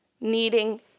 needing